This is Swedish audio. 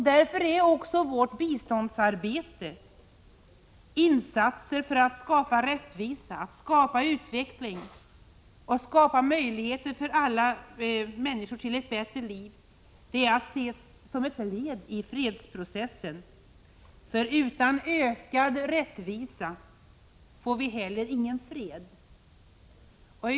Därför är också vårt biståndsarbete, våra insatser för att skapa rättvisa, utveckling och möjligheter för alla människor till ett bättre liv att ses som ett led i fredsprocessen. Utan ökad rättvisa får vi heller ingen fred.